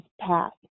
path